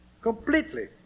completely